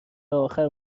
آخر